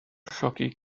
llogi